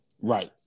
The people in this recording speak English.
right